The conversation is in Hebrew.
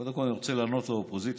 קודם כול אני רוצה לענות לאופוזיציה.